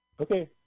Okay